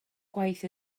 gwaith